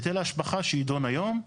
היטל ההשבחה שיידון היום,